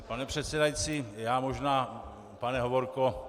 Pane předsedající, já možná, pane Hovorko...